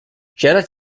jeddah